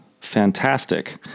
Fantastic